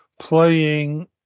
playing